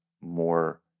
more